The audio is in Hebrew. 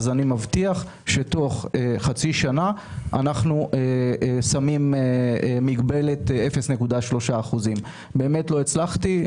אז אני מבטיח שתוך חצי שנה אנחנו שמים מגבלת 0.3%. באמת לא הצלחתי.